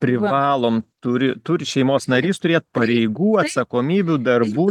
privalom turi turi šeimos narys turėt pareigų atsakomybių darbų